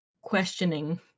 questioning